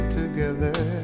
together